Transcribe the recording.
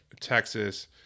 Texas